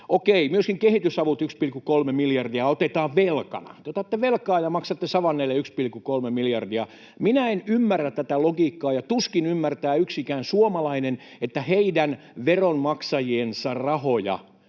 myöskin kehitysavut — 1,3 miljardia — otetaan velkana. Te otatte velkaa ja maksatte savanneille 1,3 miljardia. Minä en ymmärrä tätä logiikkaa, ja tuskin ymmärtää yksikään suomalainen, että heidän, veronmaksajien, rahoja